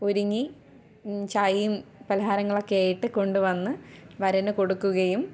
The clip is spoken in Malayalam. ഒരുങ്ങി ചായയും പലഹാരങ്ങളൊക്കെ ആയിട്ട് കൊണ്ടുവന്ന് വരന് കൊടുക്കുകയും